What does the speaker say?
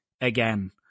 again